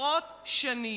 עשרות שנים.